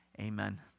Amen